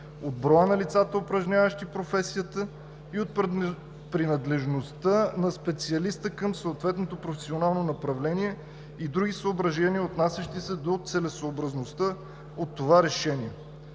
от броя на лицата, упражняващи професията; от принадлежността на специалиста към съответното професионално направление; и други съображения, отнасящи се до целесъобразността от това решение.